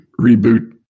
reboot